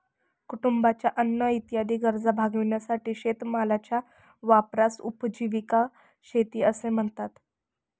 कुटुंबाच्या अन्न इत्यादी गरजा भागविण्यासाठी शेतीमालाच्या वापरास उपजीविका शेती असे म्हणतात